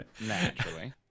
Naturally